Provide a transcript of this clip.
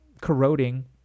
corroding